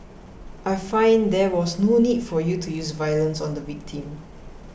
I find there was no need for you to use violence on the victim